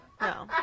No